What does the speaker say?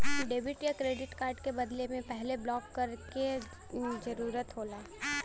debit या credit card के बदले से पहले ब्लॉक करे क जरुरत होला